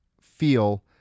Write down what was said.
feel